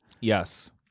Yes